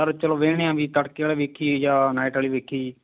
sir ਚਲੋ ਵੇਹਨੇ ਹਾਂ ਵੀ ਤੜਕੇ ਵੱਲ ਵੇਖੀਏ ਜਾਂ ਨਾਈਟ ਵਾਲੀ ਵੇਖੀਏ ਜੀ